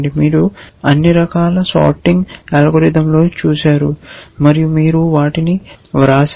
మీరు అన్ని రకాల సార్టింగ్ అల్గోరిథంలను చూశారు మరియు మీరు వాటిని వ్రాశారు